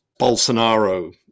Bolsonaro